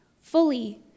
fully